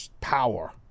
power